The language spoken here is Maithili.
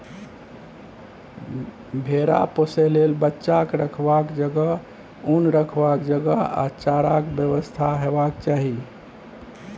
भेरा पोसय लेल बच्चाक रखबाक जगह, उन रखबाक जगह आ चाराक बेबस्था हेबाक चाही